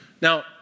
Now